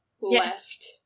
left